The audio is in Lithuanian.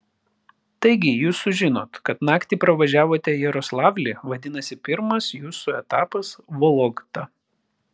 taigi jūs sužinot kad naktį pravažiavote jaroslavlį vadinasi pirmas jūsų etapas vologda